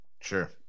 Sure